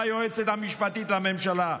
ביועצת המשפטית לממשלה,